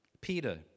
Peter